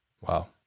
Wow